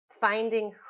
finding